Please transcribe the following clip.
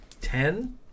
Ten